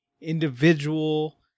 individual